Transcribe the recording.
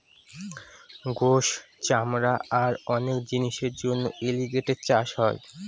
গোস, চামড়া আর অনেক জিনিসের জন্য এলিগেটের চাষ হয়